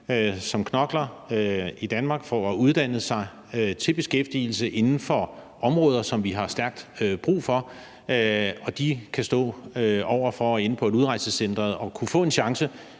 som knokler i Danmark for at uddanne sig til beskæftigelse inden for områder, hvor vi har stærkt brug for det. Og de kunne stå inde på udrejsecenteret og få en chance,